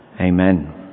Amen